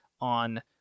on